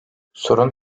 sorun